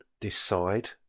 decide